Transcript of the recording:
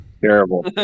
terrible